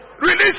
Release